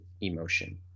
emotion